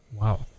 Wow